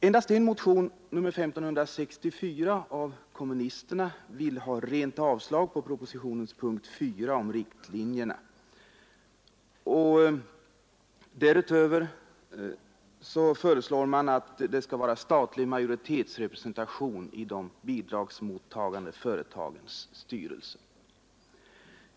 Endast en motion, nr 1564 av kommunisterna, vill ha rent avslag på propositionens punkt 4 om riktlinjerna. Därutöver föreslår man att det skall vara facklig majoritetsrepresentation i de bidragsmottagande företagens styrelser.